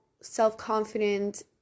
self-confident